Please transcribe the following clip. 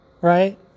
Right